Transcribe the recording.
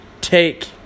take